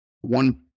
One